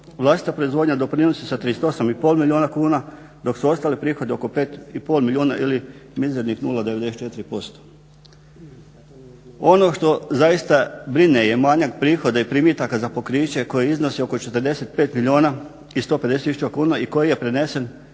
Vlastita proizvodnja doprinosi sa 38,5 milijuna kuna dok su ostali prihodi oko 5,5 milijuna ili mizernih 0,94%. Ono što zaista brine je manjak prihoda i primitaka za pokriće koje iznosi oko 45 milijuna 150 tisuća kuna i koji je prenesen